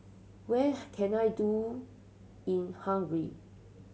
where can I do in Hungary